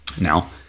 Now